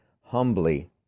humbly